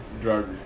drug